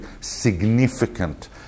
significant